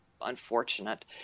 Unfortunate